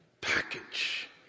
package